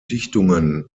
dichtungen